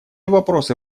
вопросы